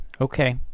Okay